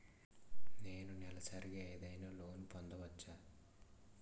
నేను నెలసరిగా ఏదైనా లోన్ పొందవచ్చా?